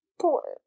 poor